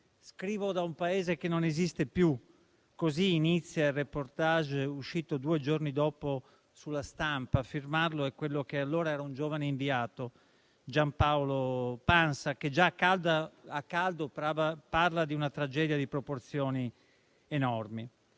«Scrivo da un paese che non esiste più»: così inizia il *reportage* uscito due giorni dopo su «La Stampa»; a firmarlo è quello che allora era un giovane inviato, Giampaolo Pansa, che già a caldo parla di una tragedia di proporzioni enormi.